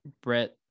Brett